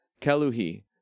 Keluhi